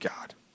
God